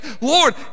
Lord